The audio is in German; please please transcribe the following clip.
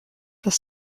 das